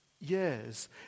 years